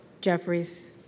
Jeffries